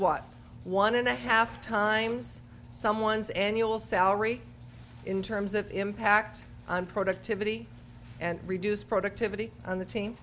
what one and a half times someone's annual salary in terms of impact on productivity and reduced productivity on the team